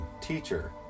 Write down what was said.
Teacher